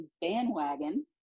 bandwagon